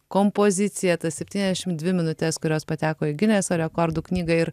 kompoziciją tas septyniasdešim dvi minutes kurios pateko į gineso rekordų knygą ir